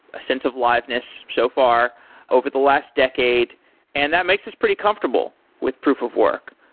sense of liveness so far over the last decade and that makes us pretty comfortable with proof of work,